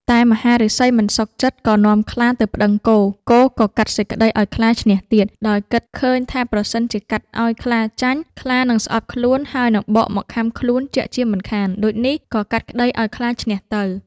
តែមហាឫសីមិនសុខចិត្ត ក៏នាំខ្លាទៅប្តឹងគោ គោក៏កាត់សេចក្តីឱ្យខ្លាឈ្នះទៀត ដោយគិតឃើញថាប្រសិនជាកាត់ឱ្យខ្លាចាញ់ ខ្លានឹងស្អប់ខ្លួន ហើយនិងបកមកខាំខ្លួនជាក់ជាមិនខាន ដូចនេះក៏កាត់ក្តីឱ្យខ្លាឈ្នះទៅ។